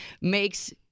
makes